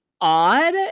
odd